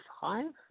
five